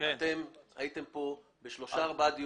אתם הייתם פה בשלושה ארבעה דיונים,